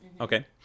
Okay